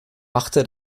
machte